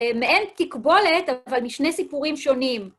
מעין תקבולת, אבל משני סיפורים שונים.